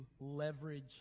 leverage